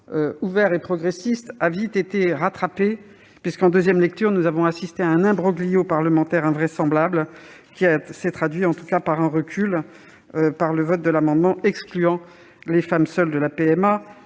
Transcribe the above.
ouvert et progressiste a vite été rattrapé. En deuxième lecture, nous avons assisté à un imbroglio parlementaire invraisemblable qui s'est traduit par un recul : le vote de l'amendement excluant les femmes seules de la PMA,